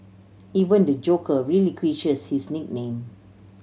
even the Joker relinquishes his nickname